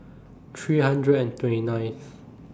three hundred and twenty nineth